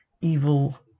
evil